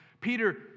Peter